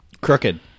crooked